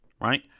right